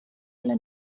alle